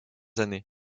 années